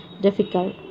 difficult